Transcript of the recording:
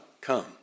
come